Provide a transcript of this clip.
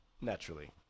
Naturally